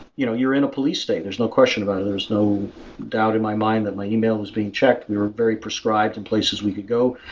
you know you're in a police state. there's no question about it. there's no doubt in my mind that my email is being checked. we were very prescribed in places we could go,